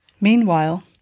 Meanwhile